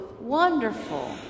wonderful